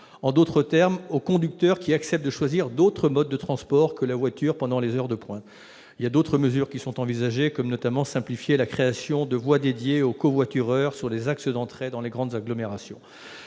un bonus aux conducteurs qui acceptent de recourir à d'autres modes de transport que la voiture pendant les heures de pointe. D'autres mesures, visant notamment à simplifier la création de voies dédiées aux covoitureurs sur les axes d'entrée dans les grandes agglomérations,